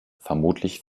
vermutlich